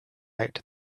out